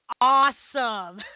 awesome